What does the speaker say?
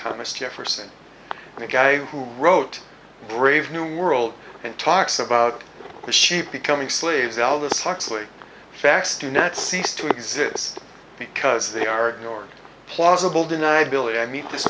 thomas jefferson the guy who wrote brave new world and talks about the sheep becoming slaves al this huxley facts do not cease to exist because they are ignored plausible deniability i meet this